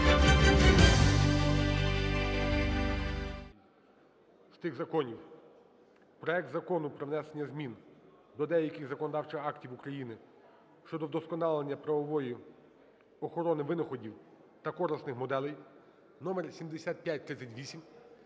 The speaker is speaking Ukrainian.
з тих законів – проект Закону про внесення змін до деяких законодавчих актів України щодо вдосконалення правової охорони винаходів та корисних моделей (№ 7538).